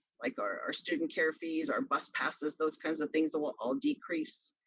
like our our student care fees, our bus passes, those kinds of things that will all decrease.